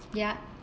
ya